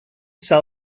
sell